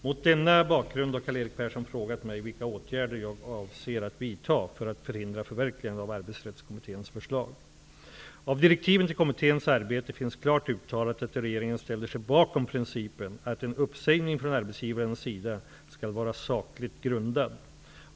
Mot denna bakgrund har Karl Erik Persson frågat mig vilka åtgärder jag avser att vidta för att förhindra förverkligandet av Av direktiven till kommitténs arbete finns klart uttalat att regeringen ställer sig bakom principen att en uppsägning från arbetsgivarens sida skall vara sakligt grundad.